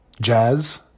jazz